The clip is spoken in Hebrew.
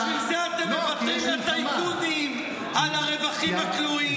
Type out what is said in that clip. בשביל זה אתם מוותרים לטייקונים על הרווחים הכלואים.